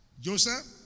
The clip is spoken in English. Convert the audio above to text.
Joseph